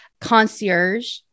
concierge